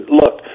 look